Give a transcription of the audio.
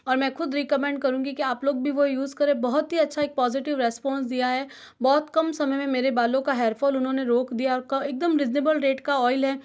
और मैं खुद रेकमेंड करूंगी कि आप लोग भी वो यूस करें बहुत ही अच्छा पाज़िटिव रीस्पान्स दिया है बहुत कम समय में मेरे बालों का हेयर फॉल उन्होंने रोक दिया एक दाम रिसबल रेट का ऑइल है